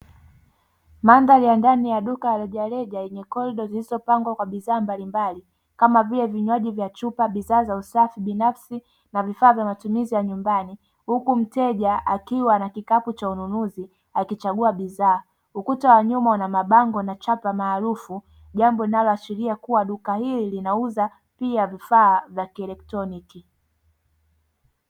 Mandhari ya ndani ya duka rejareja yenye korido, zilizopangwa kwa bidhaa mbalimbali kama vile vinywaji vya chupa bidhaa za usafi binafsi na vifaa vya matumizi ya nyumbani. Huku mteja akiwa na kikapu cha ununuzi akichagua bidhaa. Ukuta wa nyuma una mabango na chapa maarufu jambo linaloashiria kuwa duka hili linauza pia vifaa vya kielektroniki.